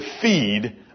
feed